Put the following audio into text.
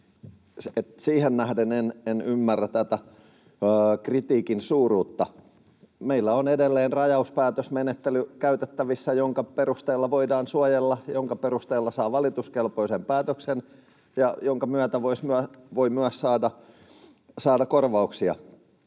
Siihen nähden en ymmärrä tätä kritiikin suuruutta. Meillä on edelleen käytettävissä rajauspäätösmenettely, jonka perusteella voidaan suojella, jonka perusteella saa valituskelpoisen päätöksen ja jonka myötä voi myös saada korvauksia.